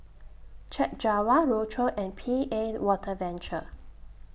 Chek Jawa Rochor and P A Water Venture